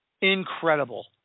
Incredible